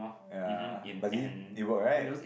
ya but it it work right